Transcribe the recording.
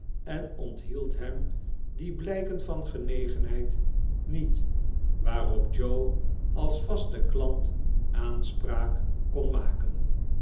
en onthield hem die blijken van genegenheid niet waarop joe als vaste klant aanspraak kon maken